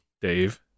Dave